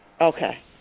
Okay